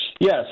yes